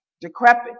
decrepit